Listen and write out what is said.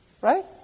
right